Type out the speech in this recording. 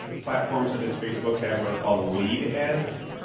platforms such as facebook have what are called lead ads.